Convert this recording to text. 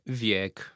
wiek